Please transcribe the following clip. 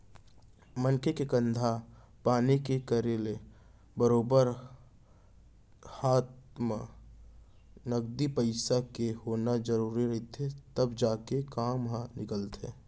मनसे के धंधा पानी के करे ले बरोबर हात म नगदी पइसा के होना जरुरी रहिथे तब जाके काम ह निकलथे